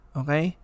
okay